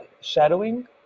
shadowing